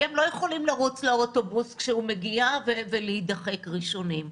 כי הם לא יכולים לרוץ לאוטובוס כשהוא מגיע ולהידחק ראשונים.